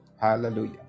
Hallelujah